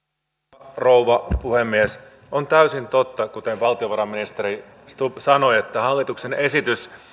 arvoisa rouva puhemies on täysin totta kuten valtiovarainministeri stubb sanoi että hallituksen esitys